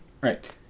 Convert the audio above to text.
Right